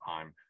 time